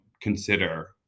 consider